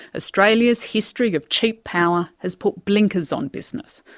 australia's history of cheap power has put blinkers on business,